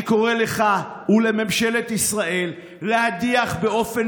אני קורא לך ולממשלת ישראל להדיח באופן